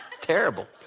terrible